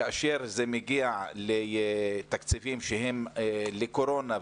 כאשר זה מגיע לתקציבים שהם לקורונה,